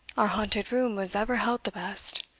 our haunted room was ever held the best.